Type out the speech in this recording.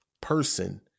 person